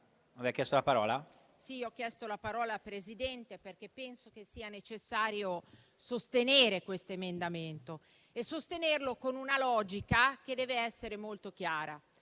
ho chiesto la parola perché penso che sia necessario sostenere queste emendamento e sostenerlo con una logica che deve essere molto chiara: